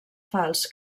falç